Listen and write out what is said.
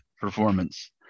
performance